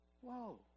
whoa